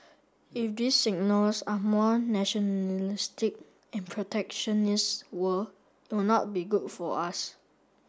if this signals are more nationalistic and protectionist world it will not be good for us